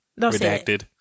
Redacted